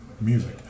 music